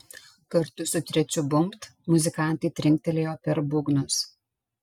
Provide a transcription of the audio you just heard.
kartu su trečiu bumbt muzikantai trinktelėjo per būgnus